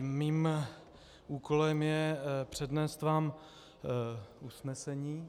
Mým úkolem je přednést vám usnesení.